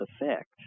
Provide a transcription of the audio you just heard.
effect